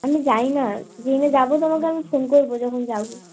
আমি জানি না যেদিনকে যাবো তোমাকে আমি ফোন করবো যখন যাবো